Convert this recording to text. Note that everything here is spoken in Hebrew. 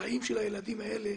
החיים של הילדים האלה,